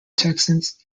texans